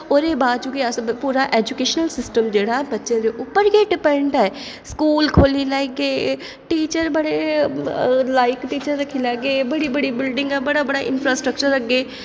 ओह्दे बाद गै साढ़ा अस पूरा ऐजूकेशन सिस्टम जेह्ड़ा बच्चे दे उप्पर गै डिपैंड ऐ स्कूल खोह्ल्ली लैगे टीचर बड़े लायक टीचर रक्खी लैगे बड़ी बड़ी बिल्डिंग ऐ बड़ा बड़ा इंफास्ट्रक्चर अग्गें